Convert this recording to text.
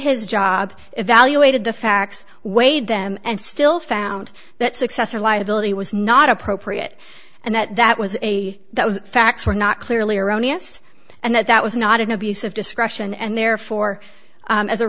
his job evaluated the facts weighed them and still found that successor liability was not appropriate and that that was a those facts were not clearly erroneous and that that was not an abuse of discretion and therefore as a